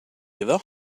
iddo